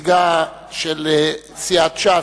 נציגה של סיעת ש"ס,